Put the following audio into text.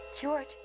George